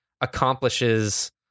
accomplishes